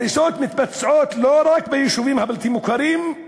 הריסות מתבצעות לא רק ביישובים הבלתי-מוכרים,